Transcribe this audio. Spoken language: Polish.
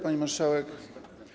Pani Marszałek!